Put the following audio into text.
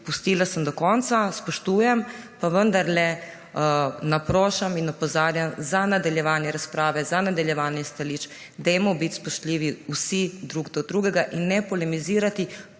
pustila sem do konca, spoštujem, pa vendarle naprošam in opozarjam za nadaljevanje razprave, za nadaljevanje stališč, dajmo biti spoštljivi vsi drug do drugega in ne polemizirati, ko